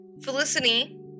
Felicity